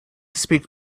speak